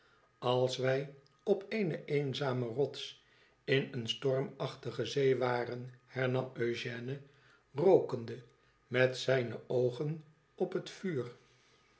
als wij op eene eenzame rots in een stormachtige zee waren hernam eugène rookende met zijne oogen op het vuur